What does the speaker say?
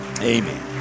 Amen